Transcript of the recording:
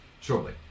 Shortly